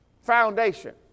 foundation